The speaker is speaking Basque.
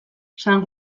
san